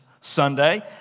Sunday